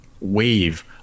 wave